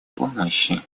помощи